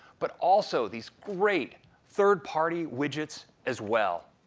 but also these great third party widgets as well.